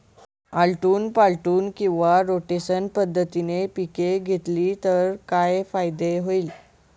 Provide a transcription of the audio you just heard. आलटून पालटून किंवा रोटेशन पद्धतीने पिके घेतली तर काय फायदा होईल?